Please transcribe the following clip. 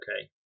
okay